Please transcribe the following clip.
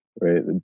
right